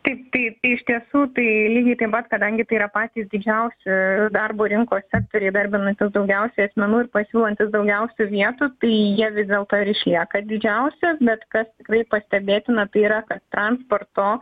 taip tai iš tiesų tai lygiai taip pat kadangi tai yra patys didžiausi darbo rinkos sektoriai darbinantys daugiausiai asmenų ir pasiūlantis daugiausiai vietų tai jie vis dėlto ir išlieka didžiausi bet kas tikrai pastebėtina yra kad transporto